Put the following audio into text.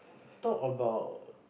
talk about